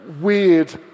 weird